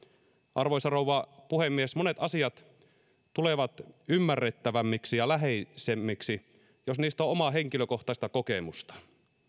arvoisa rouva puhemies monet asiat tulevat ymmärrettävämmiksi ja läheisemmiksi jos niistä on omaa henkilökohtaista kokemusta